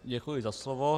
Děkuji za slovo.